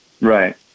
Right